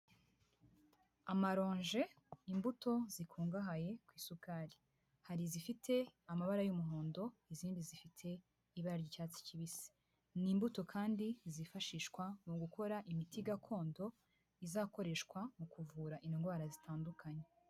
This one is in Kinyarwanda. Amaronji, imbuto zikungahaye ku isukari, hari izifite amabara y'umuhondo, izindi zifite ibara ryatsi kibisi, ni imbuto kandi zifashishwa mu gukora imiti gakondo, izakoreshwa mu kuvura indwara zitandukanye.